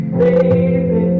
baby